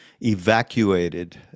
evacuated